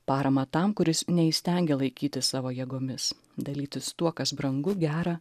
paramą tam kuris neįstengia laikytis savo jėgomis dalytis tuo kas brangu gera